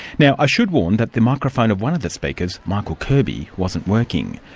now i should warn that the microphone of one of the speakers, michael kirby, wasn't working,